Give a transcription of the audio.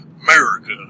America